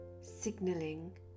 signaling